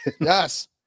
Yes